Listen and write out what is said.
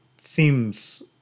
seems